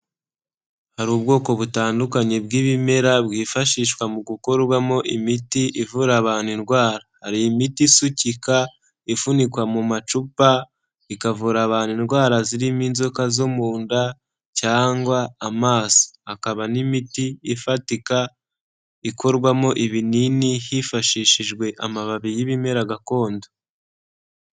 Hari ubwoko butandukanye bw'ibimera bwifashishwa mu gukorwamo imiti ivura abantu indwara, hari imiti isukika ifunikwa mu macupa, ikavura abantu indwara zirimo inzoka zo mu nda cyangwa amaso, hakaba n'imiti ifatika ikorwamo ibinini hifashishijwe amababi y'ibimera gakondo.